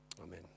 amen